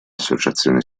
associazioni